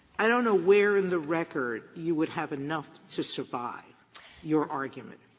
i don't know where in the record you would have enough to survive your argument.